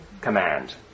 command